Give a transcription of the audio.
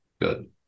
Good